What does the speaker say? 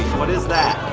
what is that?